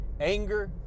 Anger